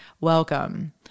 welcome